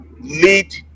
lead